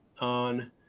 on